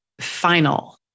final